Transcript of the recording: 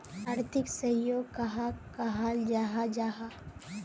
आर्थिक सहयोग कहाक कहाल जाहा जाहा?